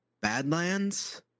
Badlands